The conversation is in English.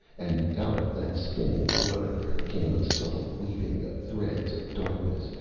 and out of that spinning blur there came a subtle weaving of threads of darkness,